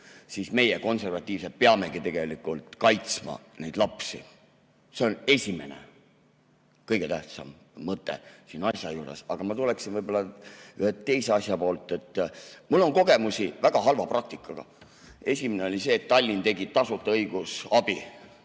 Siis meie, konservatiivsed, peamegi tegelikult kaitsma neid lapsi. See on esimene, kõige tähtsam mõte siin asja juures. Aga ma tuleksin võib-olla ühe teise asja juurde. Mul on kogemusi väga halva praktikaga. Esimene oli see, et Tallinn tegi tasuta õigusabi